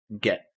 get